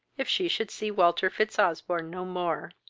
if she should see walter fitzosbourne no more?